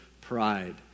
pride